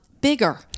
bigger